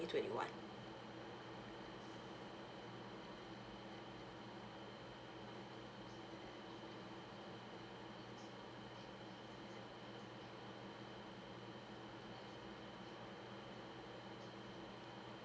twenty one